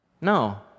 No